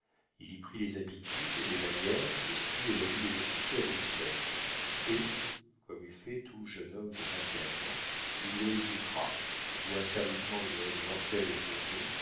il y prit les habitudes les manières le style et la vie des officiers à demi-solde et comme eût fait tout jeune homme de vingt et un ans il les outra voua sérieusement une haine mortelle aux